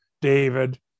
David